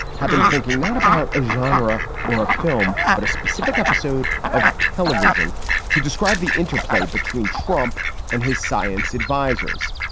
have been thinking not about a genre or a film, but a specific episode of television to describe the interplay between trump and his science advisers.